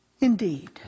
Indeed